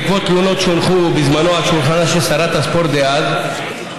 בעקבות תלונות שהונחו בזמנו על שולחנה של שרת הספורט דאז,